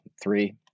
three